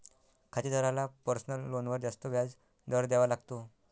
खातेदाराला पर्सनल लोनवर जास्त व्याज दर द्यावा लागतो